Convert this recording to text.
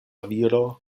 viro